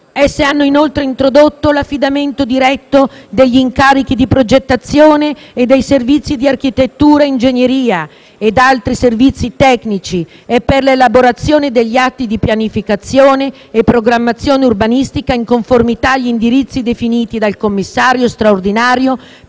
Esse hanno inoltre introdotto l'affidamento diretto degli incarichi di progettazione e dei servizi di architettura e ingegneria ed altri servizi tecnici e per l'elaborazione degli atti di pianificazione e programmazione urbanistica in conformità agli indirizzi definiti dal commissario straordinario